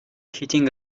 hitting